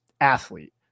athlete